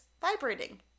vibrating